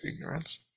ignorance